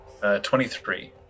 23